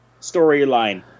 storyline